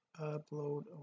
upload